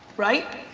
right?